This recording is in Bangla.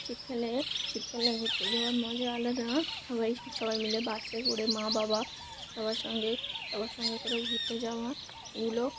শীতকালে শীতকালে ঘুরতে যাওয়ার মজা আলাদা সবাই সবাই মিলে বাসে করে মা বাবা সবার সঙ্গে সবার সঙ্গে করে ঘুরতে যাওয়া এগুলো